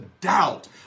doubt